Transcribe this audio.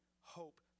hope